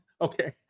Okay